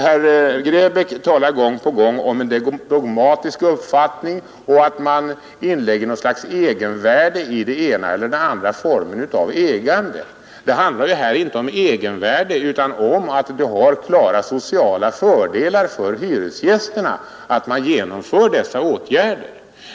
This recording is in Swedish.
Herr Grebäck talar gång på gång om en dogmatisk uppfattning och att man inlägger något slags egenvärde i den ena eller andra formen av ägande. Det handlar här ju inte om egenvärde utan om att det innebär klara sociala fördelar för hyresgästerna att man genomför dessa åtgärder.